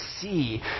see